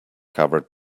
covered